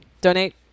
Donate